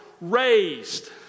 raised